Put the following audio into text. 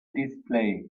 display